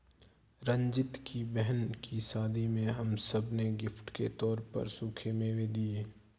रंजीत की बहन की शादी में हम सब ने गिफ्ट के तौर पर सूखे मेवे दिए